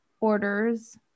orders